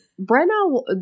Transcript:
Brenna